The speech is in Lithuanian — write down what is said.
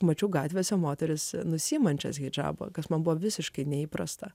mačiau gatvėse moteris nusiimančius hidžabą kas man buvo visiškai neįprasta